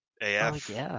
AF